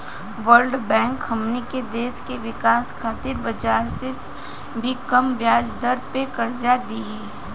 world bank हमनी के देश के विकाश खातिर बाजार से भी कम ब्याज दर पे कर्ज दिही